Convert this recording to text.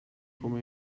como